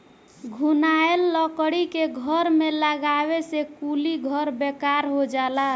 घुनाएल लकड़ी के घर में लगावे से कुली घर बेकार हो जाला